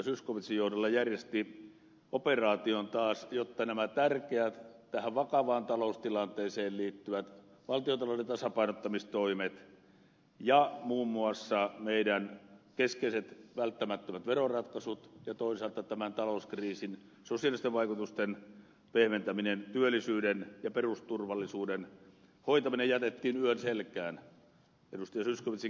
zyskowiczin johdolla järjesti operaation taas jotta nämä tärkeät tähän vakavaan taloustilanteeseen liittyvät valtiontalouden tasapainottamistoimet ja muun muassa meidän keskeiset välttämättömät veroratkaisut ja toisaalta tämän talouskriisin sosiaalisten vaikutusten pehmentäminen työllisyyden ja perusturvallisuuden hoitaminen jätettiin yön selkään ed